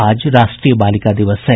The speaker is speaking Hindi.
आज राष्ट्रीय बालिका दिवस है